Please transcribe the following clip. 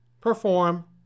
perform